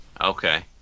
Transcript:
Okay